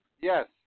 Yes